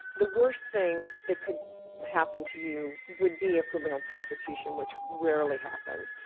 the worst thing that could happen to you would be a criminal prosecution which rarely happens.